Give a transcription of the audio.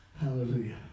Hallelujah